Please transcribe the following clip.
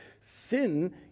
Sin